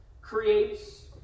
creates